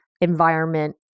environment